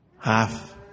Half